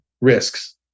risks